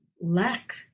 lack